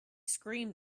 screamed